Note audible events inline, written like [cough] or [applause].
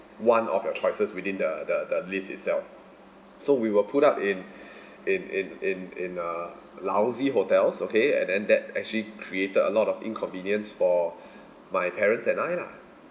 one of your choices within the the the list itself so we were put up in [breath] in in in in a lousy hotel okay and that actually created a lot of inconvenience for [breath] my parents and I lah